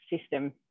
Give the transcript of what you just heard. system